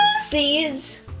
sees